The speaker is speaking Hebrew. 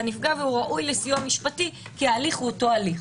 והוא ראוי לסיוע משפטי כי ההליך אותו הליך.